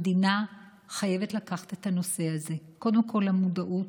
המדינה חייבת לקחת את הנושא הזה קודם כול למודעות,